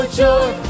joy